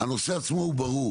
הנושא עצמו הוא ברור